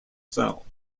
cell